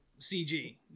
CG